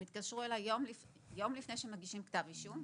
הם התקשרו אליי יום לפני שמגישים כתב אישום,